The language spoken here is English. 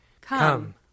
Come